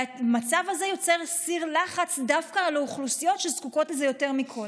והמצב הזה יוצר סיר לחץ דווקא על האוכלוסיות שזקוקות לזה יותר מכול,